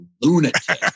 lunatic